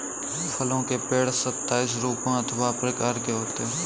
फलों के पेड़ सताइस रूपों अथवा प्रकार के होते हैं